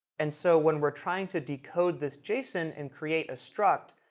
and so when we're trying to decode this json and create a struct,